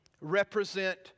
Represent